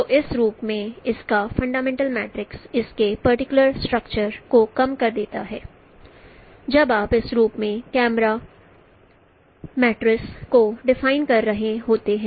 तो इस रूप में इसका फंडामेंटल मैट्रिक्स इसके पर्टिकुलर स्ट्रक्चर को कम कर देता है जब आप इस रूप में कैमरा मैटरस को डिफाइं कर रहे होते हैं